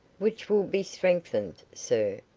which will be strengthened, sir,